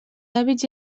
hàbits